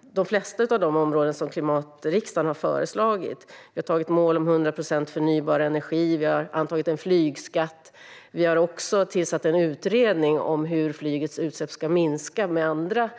de flesta av de områden som klimatriksdagen har föreslagit. Vi har antagit mål om 100 procent förnybar energi. Vi har antagit en flygskatt. Vi har också tillsatt en utredning om hur flygets utsläpp ska minska med andra